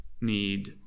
need